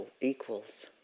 equals